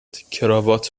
کراوات